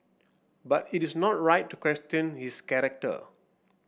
but it is not right to question his character